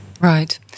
Right